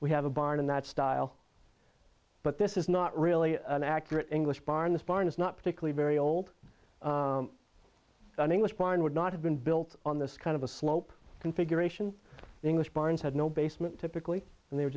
we have a barn in that style but this is not really an accurate english barn the spine is not particularly very old an english pine would not have been built on this kind of a slope configuration english barns had no basement typically and they were